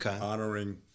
honoring